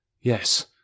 Yes